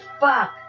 fuck